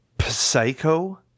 Psycho